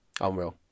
Unreal